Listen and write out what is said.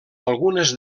algunes